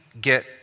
get